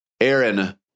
Aaron